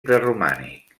preromànic